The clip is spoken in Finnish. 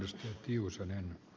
arvoisa puhemies